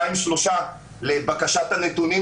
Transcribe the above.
שכן נעשו לטובת הגברת הפיקוח הפרלמנטרי.